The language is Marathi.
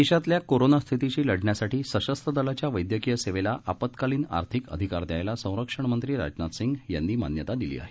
देशातल्या कोरोना स्थितीशी लढण्यासाठी सशस्त्र दलाच्या वव्यकीय सेवेला आप्तकालीन आर्थिक अधिकार दयायला संरक्षण मंत्री राजनाथ सिंग यांनी मान्यता दिली आहे